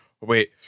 Wait